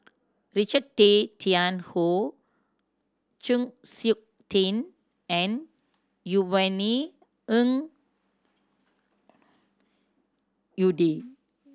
Richard Tay Tian Hoe Chng Seok Tin and Yvonne Ng Uhde